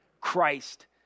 Christ